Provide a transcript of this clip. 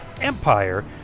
Empire